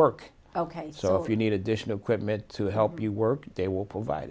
work ok so if you need additional quick meant to help you work they will provide